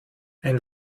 ein